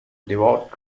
devout